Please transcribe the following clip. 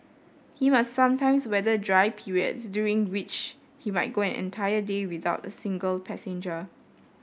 he must sometimes weather dry periods during which he might go an entire day without a single passenger